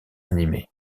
animé